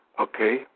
okay